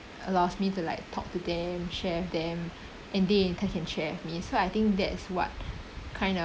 allows me to like talk to them share with them and they in turn can share with me so I think that's what kind of